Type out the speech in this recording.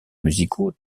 musicaux